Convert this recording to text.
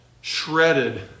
shredded